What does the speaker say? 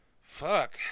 Fuck